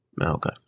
okay